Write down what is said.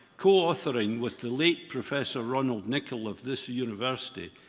co-authoring with the late professor ronald nicol of this university,